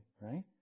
right